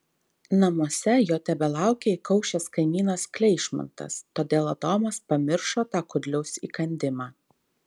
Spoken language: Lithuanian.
namuose jo tebelaukė įkaušęs kaimynas kleišmantas todėl adomas pamiršo tą kudliaus įkandimą